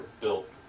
built